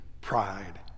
pride